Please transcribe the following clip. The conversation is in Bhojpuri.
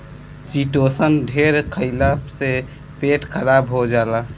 चिटोसन ढेर खईला से पेट खराब हो जाला